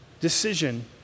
decision